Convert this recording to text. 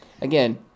Again